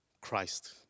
Christ